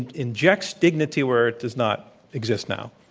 injects dignity where it does not exist now.